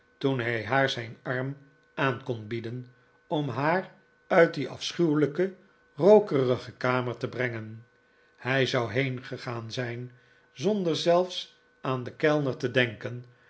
toen hij haar zijn arm aan kon bieden om haar uit die afschuwelijke rookerige kamer te brengen hij zou heengegaan zijn zonder zelfs aan den kellner te denken